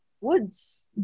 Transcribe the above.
Woods